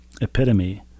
epitome